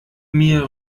mir